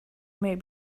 may